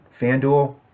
FanDuel